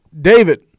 David